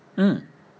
mm